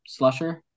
Slusher